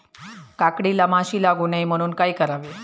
काकडीला माशी लागू नये म्हणून काय करावे?